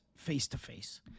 face-to-face